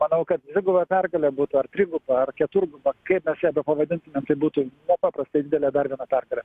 manau kad dviguba pergalė būtų ar triguba ar keturguba kaip mes ją pavadintumėm tai būtų nepaprastai didelė dar viena pergalė